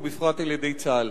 ובפרט על-ידי צה"ל.